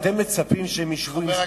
אתם מצפים שהם ישבו,